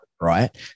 right